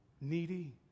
needy